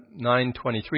9.23